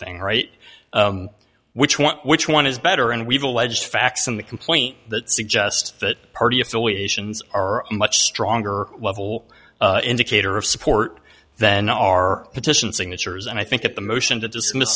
thing right which one which one is better and we've alleged facts in the complaint that suggest that party affiliations are much stronger level indicator of support than our petition signatures and i think that the motion to dismiss